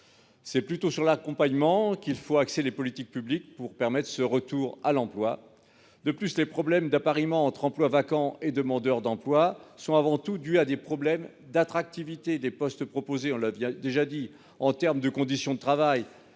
C'est plutôt sur l'accompagnement qu'il faut axer les politiques publiques, si l'on veut permettre ce retour à l'emploi. De plus, les problèmes d'appariement entre emplois vacants et demandeurs d'emploi sont avant tout dus à des problèmes d'attractivité des postes proposés- on l'a déjà dit -en termes de conditions de travail